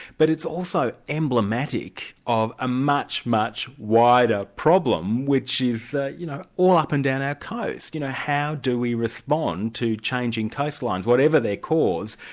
but it's also emblematic of a much, much wider problem which is you know all up and down our coast. you know, how do we respond to changing coastlines, whatever their cause?